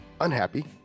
unhappy